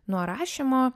nuo rašymo